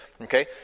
Okay